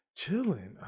Chilling